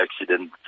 accident